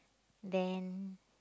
then